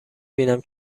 بینم